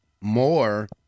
more